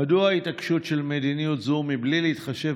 1. מדוע ההתעקשות על מדיניות זו בלי להתחשב